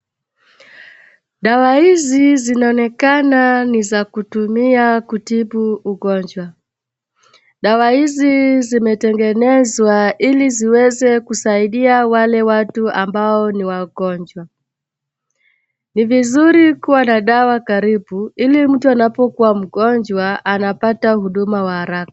Dawa hizi zinaonekana ni za kutumia kutibu ugonjwa, dawa hizi zimetengenezwa ili ziweze kusaidia wale watu ambao ni wagonjwa, ni vizuri kuwa na dawa karibu ili mtu anapokuwa mgonjwa anapata huduma wa haraka.